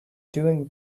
doing